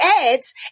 ads